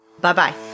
Bye-bye